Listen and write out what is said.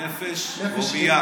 לא שמעתי שום ציונות,